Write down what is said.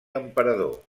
emperador